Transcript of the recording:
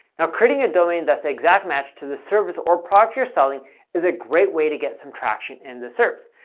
now creating a domain that's a exact match to the service or product you're selling is a great way to get some traction in the serps.